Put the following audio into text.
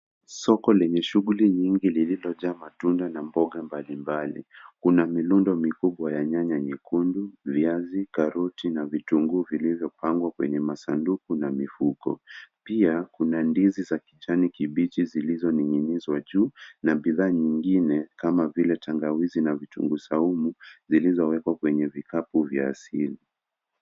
Soko lenye shughuli nyingi lililo jaa matunda na mboga mbalimbali. Kuna minondo mikubwa ya nyanya nyekundu, viazi, karoti na vitunguu vilivyopangwa kwenye masanduku na mifuko. Pia kuna ndizi za kijani kibichi zilizo ninginizwa juu na bidhaa nyingine, kama vile tangawizi na kitunguu saumu. Zilizowekwa kwenye vikapu vya asili.